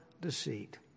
deceit